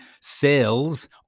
Sales